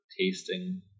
tasting